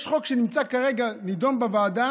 יש חוק שנדון כרגע בוועדה